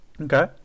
Okay